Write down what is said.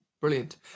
Brilliant